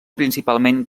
principalment